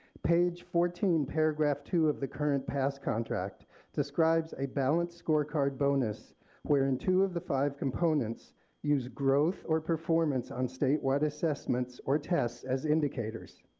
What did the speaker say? page fourteen, paragraph two of the current pass contract describes a balanced scorecard bonus where in two of the five components use growth or performance on statewide assessments or tests as indicators.